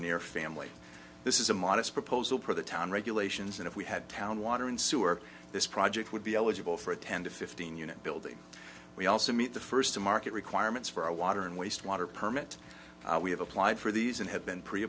near family this is a modest proposal for the town regulations and if we had town water and sewer this project would be eligible for a ten to fifteen unit building we also meet the first to market requirements for our water and wastewater permit we have applied for these and have been pre